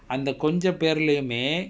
அந்த கொஞ்ச பேர்லயுமே:antha konja perlayumae